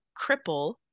cripple